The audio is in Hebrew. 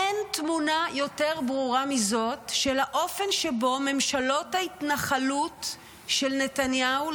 אין תמונה יותר ברורה מזאת של האופן שבו ממשלות ההתנחלות של נתניהו,